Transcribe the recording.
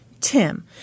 Tim